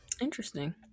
Interesting